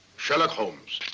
sherlock holmes.